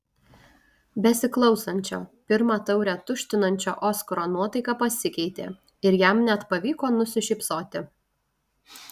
besiklausančio pirmą taurę tuštinančio oskaro nuotaika pasikeitė ir jam net pavyko nusišypsoti